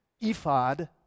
ephod